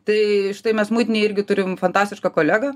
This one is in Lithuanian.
tai štai mes muitinėj irgi turim fantastišką kolegą